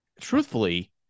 truthfully